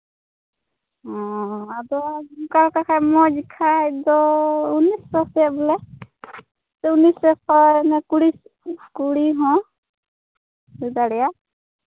ᱚ ᱟᱫᱚ ᱚᱱᱠᱟ ᱞᱮᱠᱟ ᱠᱷᱟᱱ ᱢᱚᱡᱽ ᱜᱮ ᱠᱷᱟᱱ ᱫᱚ ᱩᱱᱤᱥᱥᱚ ᱠᱷᱚᱱ ᱵᱚᱞᱮ ᱩᱱᱤᱥᱥᱚ ᱠᱷᱚᱱ ᱚᱱᱟ ᱠᱩᱲᱤ ᱠᱩᱲᱤ ᱦᱚᱸ ᱦᱩᱭ ᱫᱟᱲᱮᱭᱟᱜᱼᱟ